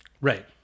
Right